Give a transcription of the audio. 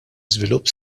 iżvilupp